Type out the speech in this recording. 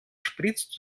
spritzt